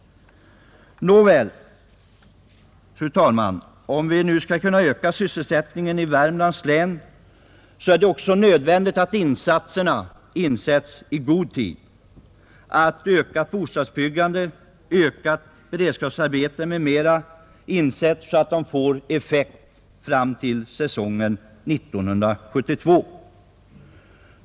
Nåväl, fru talman, för att vi skall kunna öka sysselsättningen i Värmlands län är det nödvändigt att insatser i form av ökat bostadsbyggande, beredskapsarbeten m.m. görs i så god tid att de får effekt säsongen 1972.